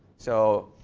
so,